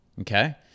Okay